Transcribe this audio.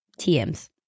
TMs